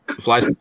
flies